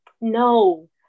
No